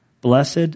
blessed